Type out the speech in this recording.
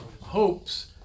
hopes